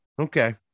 Okay